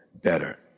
Better